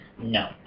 No